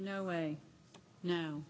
no way no